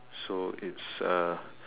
so it's uh